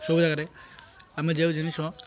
ସବୁ ଜାଗାରେ ଆମେ ଯେଉଁ ଜିନିଷ